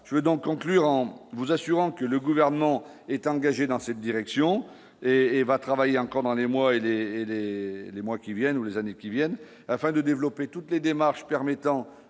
je veux donc conclure, en vous assurant que le gouvernement est engagé dans cette direction et Éva travaille encore dans les mois et les, les, les mois qui viennent, ou les années qui viennent, afin de développer toutes les démarches permettant